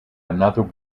another